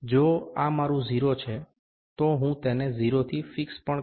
જો આ મારું 0 છે તો હું તેને 0 થી ફિક્સ પણ કરી શકું છું